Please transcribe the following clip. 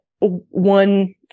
one